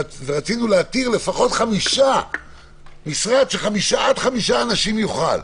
רצינו להתיר משרד שעד חמישה אנשים יוכל,